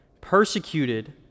Persecuted